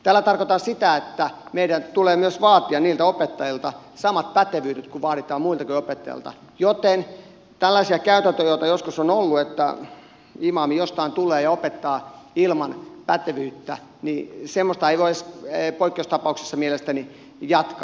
tällä tarkoitan sitä että meidän tulee vaatia myös niiltä opettajilta samat pätevyydet kuin vaaditaan muiltakin opettajilta joten tällaisia käytäntöjä joita joskus on ollut että imaami jostain tulee ja opettaa ilman pätevyyttä ei voi edes poikkeustapauksessa mielestäni jatkaa